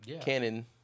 canon